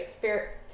Fair